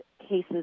cases